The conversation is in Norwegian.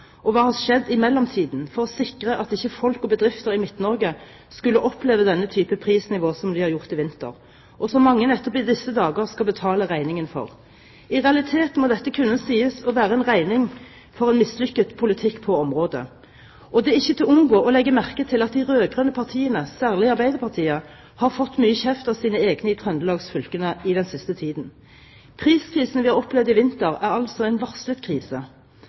og hva som har skjedd i mellomtiden for å sikre at ikke folk og bedrifter i Midt-Norge skulle oppleve denne type prisnivå som de har gjort i vinter. Det er mange som nettopp i disse dager skal betale regningen. I realiteten må dette kunne sies å være en regning for en mislykket politikk på området. Det er ikke til å unngå å legge merke til at de rød-grønne partiene, særlig Arbeiderpartiet, har fått mye kjeft av sine egne i trøndelagsfylkene i den siste tiden. Priskrisen vi har opplevd i vinter, er altså en varslet krise.